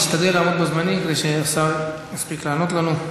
נשתדל לעמוד בזמנים כדי שהשר יספיק לענות לנו.